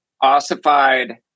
ossified